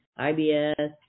IBS